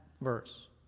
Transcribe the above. verse